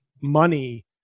money